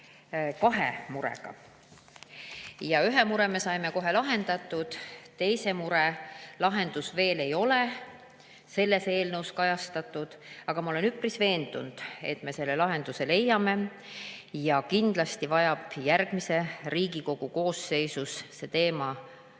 kahe murega. Ühe mure me saime kohe lahendatud. Teise mure lahendust ei ole veel selles eelnõus kajastatud, aga ma olen üpris veendunud, et me selle lahenduse leiame. Kindlasti vajab järgmises Riigikogu koosseisus see teema lahendamist.